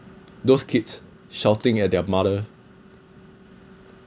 those kids shouting at their mother